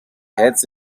hurts